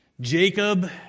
Jacob